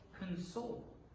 console